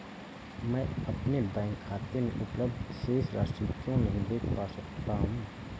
मैं अपने बैंक खाते में उपलब्ध शेष राशि क्यो नहीं देख पा रहा हूँ?